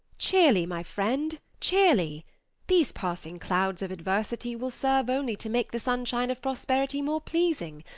cheerly, my friend, cheerly these passing clouds of adversity will serve only to make the sunshine of prosperity more pleasing.